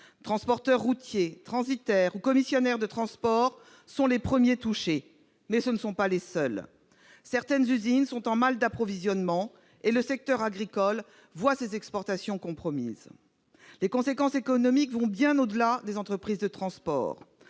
Transporteurs routiers, transitaires ou commissionnaires de transport sont les premiers touchés, mais ce ne sont pas les seuls ; certaines usines sont en mal d'approvisionnement et le secteur agricole voit ses exportations compromises. C'est inacceptable ! Les conséquences économiques vont bien au-delà des entreprises de transport.